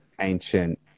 ancient